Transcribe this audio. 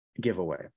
giveaway